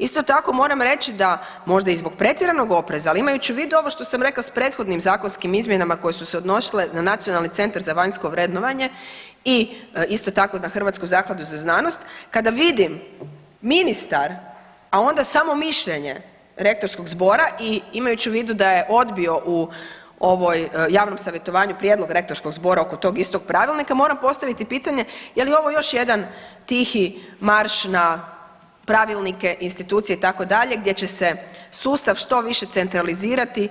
Isto tako moram reći da možda i zbog pretjeranog opreza, ali imajući u vidu ovo što sam rekla s prethodnim zakonskim izmjenama koje se odnosile na NCVVO i isto tako na Hrvatski zakladu za znanost, kada vidim ministar, a onda samo mišljenje Rektorskog zbora i imajući u vidu da je odbio u ovoj javnom savjetovanju prijedlog Rektorskog zbora oko tog istog pravilnika, moramo postaviti pitanje je li ovo još jedan tihi marš na pravilnike, institucije, itd., gdje će se sustav što više centralizirati